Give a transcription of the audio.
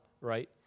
right